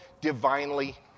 divinely